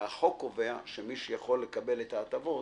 שהחוק קובע שמי שיכול לקבל את ההטבות